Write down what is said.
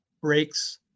breaks